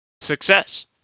success